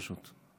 פשוט.